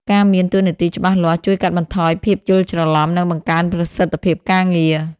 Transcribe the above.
ការមានតួនាទីច្បាស់លាស់ជួយកាត់បន្ថយភាពយល់ច្រឡំ និងបង្កើនប្រសិទ្ធភាពការងារ។